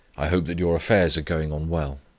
i hope that your affairs are going on well.